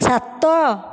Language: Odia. ସାତ